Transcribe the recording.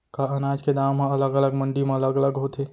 का अनाज के दाम हा अलग अलग मंडी म अलग अलग होथे?